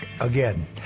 again